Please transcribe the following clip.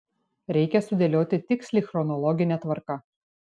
reikia sudėlioti tiksliai chronologine tvarka